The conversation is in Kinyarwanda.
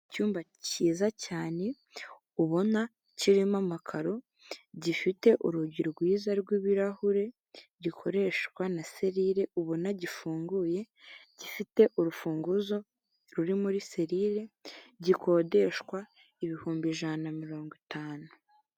Icyumba cyiza cyane ubona kirimo amakaro gifite urugi rwiza rw'ibirahure, gikoreshwa na serire ubona gifunguye gifite urufunguzo ruri muri serire gikodeshwa ibihumbi ijana na mirongo itanu.